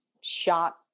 shot